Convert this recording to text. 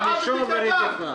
מילה על מדיניות האכיפה?